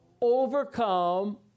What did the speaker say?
overcome